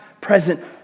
present